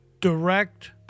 direct